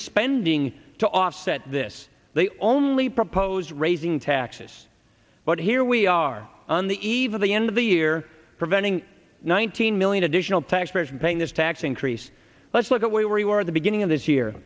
spending to offset this they only propose raising taxes but here we are on the eve of the end of the year preventing nineteen million additional taxpayers paying this tax increase let's look at where we were at the beginning of this year